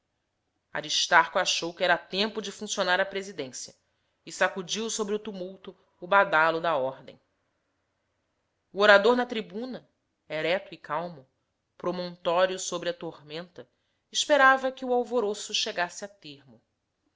cedeu aristarco achou que era tempo de funcionar a presidência e sacudiu sobre o tumulto o badalo da ordem o orador na tribuna ereto e calmo promontório sobre a tormenta esperava que o alvoroço chegasse a termo